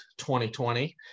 2020